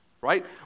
right